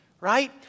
Right